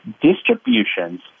distributions